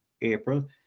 April